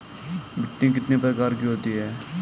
मिट्टी कितने प्रकार की होती हैं?